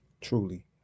truly